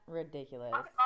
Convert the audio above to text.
ridiculous